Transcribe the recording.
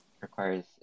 requires